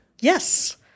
Yes